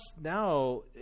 now